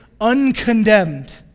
uncondemned